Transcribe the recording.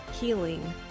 healing